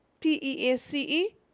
P-E-A-C-E